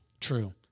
True